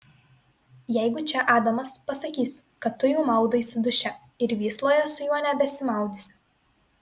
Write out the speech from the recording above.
jeigu čia adamas pasakysiu kad tu jau maudaisi duše ir vysloje su juo nebesimaudysi